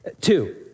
Two